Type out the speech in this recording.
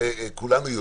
כולנו יודעים.